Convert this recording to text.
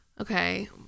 okay